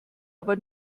aber